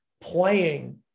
playing